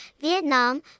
Vietnam